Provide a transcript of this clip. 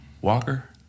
Walker